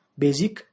basic